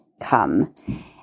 come